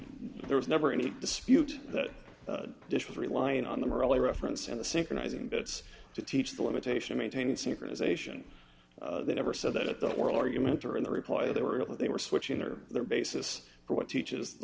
there was never any dispute that this was relying on them really referencing the synchronizing bits to teach the limitation maintaining synchronization they never said that at the world argument or in the reply they were they were switching or the basis for what teaches the